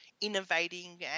innovating